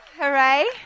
Hooray